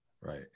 Right